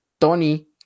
Tony